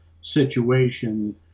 situation